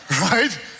right